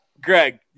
Greg